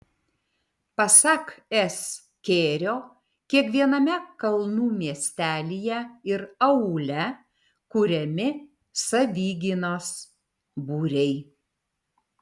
pasak s kėrio kiekviename kalnų miestelyje ir aūle kuriami savigynos būriai